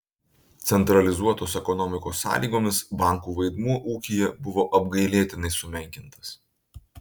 centralizuotos ekonomikos sąlygomis bankų vaidmuo ūkyje buvo apgailėtinai sumenkintas